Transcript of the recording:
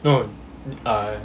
no uh